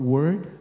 Word